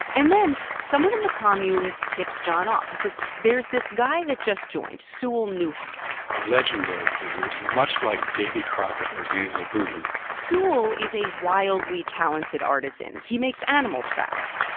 and then someone in the commune tips john off. he says, there's there's this guy that just joined, sewell newhouse a legendary figure much like davy crockett or daniel boone sewell is a wildly talented artisan. he makes animal traps.